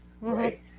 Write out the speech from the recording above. right